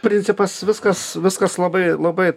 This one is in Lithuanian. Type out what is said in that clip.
principas viskas viskas labai labai